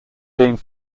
being